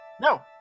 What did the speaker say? No